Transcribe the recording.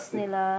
nila